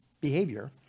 behavior